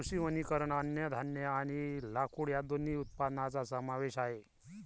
कृषी वनीकरण अन्नधान्य आणि लाकूड या दोन्ही उत्पादनांचा समावेश आहे